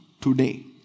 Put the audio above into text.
today